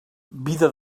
vida